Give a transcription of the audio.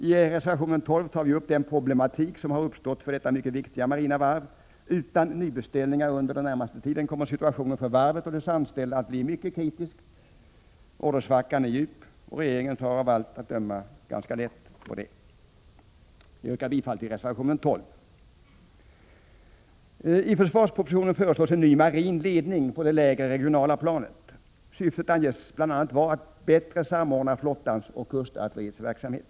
I reservation 12 tar vi upp den problematik som har uppstått för detta mycket viktiga marina varv. Utan nybeställningar under den närmaste tiden kommer situationen för varvet och dess anställda att bli mycket kritisk. Ordersvackan är djup och regeringen tar — av allt att döma — ganska lätt på detta. Jag yrkar bifall till reservation 12. I försvarspropositionen föreslås en ny marin ledning på det lägre regionala planet. Syftet anges bl.a. vara att bättre samordna flottans och kustartilleriets verksamhet.